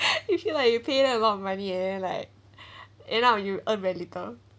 you feel like you pay them a lot of money and then like end up you earn very little